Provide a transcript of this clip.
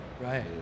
Right